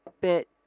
bit